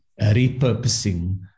repurposing